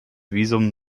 visum